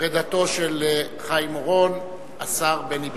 פרידתו של חיים אורון, השר בני בגין.